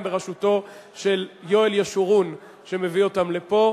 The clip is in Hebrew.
הם בראשותו של יואל ישורון שמביא אותם לפה,